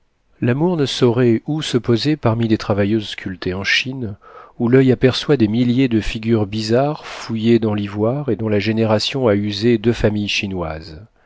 l'amour ne saurait où se poser parmi des travailleuses sculptées en chine où l'oeil aperçoit des milliers de figures bizarres fouillées dans l'ivoire et dont la génération a usé deux familles chinoises